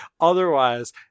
Otherwise